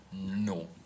No